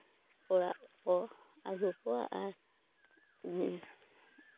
ᱚᱲᱟᱜ ᱠᱚ ᱟᱹᱜᱩ ᱠᱚᱣᱟ ᱟᱨ